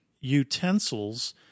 utensils